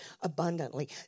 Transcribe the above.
abundantly